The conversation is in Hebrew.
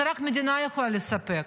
את זה רק מדינה יכולה לספק.